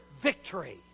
victory